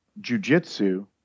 jujitsu